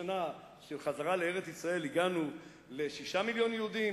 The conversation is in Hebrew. שנה של חזרה לארץ-ישראל הגענו ל-6 מיליוני יהודים,